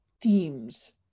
themes